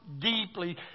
deeply